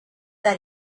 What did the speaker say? that